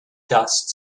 dust